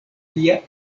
via